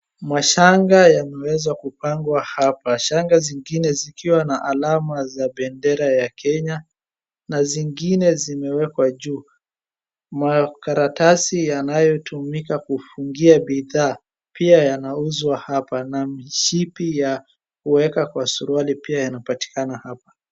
Mashanga yameweza kupangwa hapa. Shanga zingine zikiwa na alama za bendera ya Kenya, na zingine zimewekwa juu. Makaratasi yanayotumika kufungia bidhaa pia yanauzwa hapa na mishipi ya kuweka kwa suruali pia yanapatikana hapa.